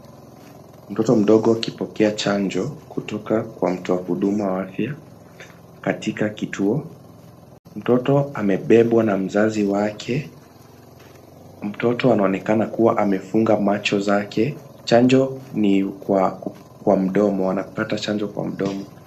Mtoto mdogo akipokea chanjo kutoka kwa mtoa huduma wa afya katika kituo. Mtoto amebebwa ma mzazi wake. Mtoto anaonekana kuwa amefunga macho zake. Anapata chanjo kwa mdomo.